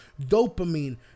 dopamine